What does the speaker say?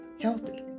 healthy